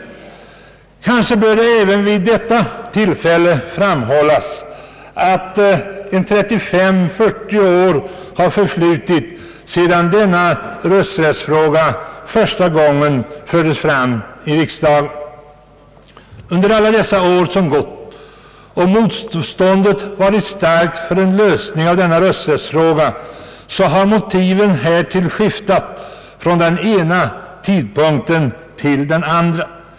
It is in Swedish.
Kanske bör det vid detta tillfälle framhållas att 35 å 40 år har förflutit sedan denna fråga första gången fördes fram i riksdagen. Under alla dessa år har motståndet varit starkt, men motiven för detta har skiftat från den ena tidpunkten till den andra.